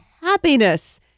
Happiness